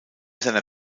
seiner